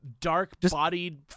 dark-bodied